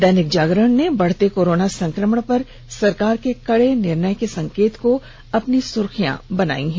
दैनिक जागरण ने बढ़ते कोरोना संक्रमण पर सरकार के कड़े निर्णय के संकेत को अपनी सुर्खियां बनायी हैं